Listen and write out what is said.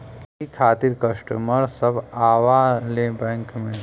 यही खातिन कस्टमर सब आवा ले बैंक मे?